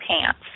pants